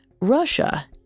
Russia